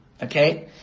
Okay